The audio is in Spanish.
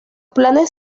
planes